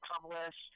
published